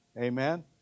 Amen